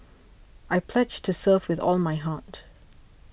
I pledge to serve with all my heart